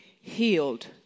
healed